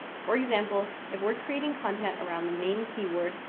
for example, if we're creating content around the main keyword,